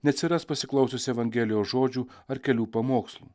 neatsiras pasiklausius evangelijos žodžių ar kelių pamokslų